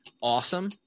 awesome